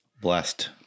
blessed